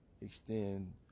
extend